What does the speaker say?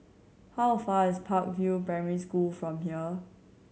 how a far is Park View Primary School from here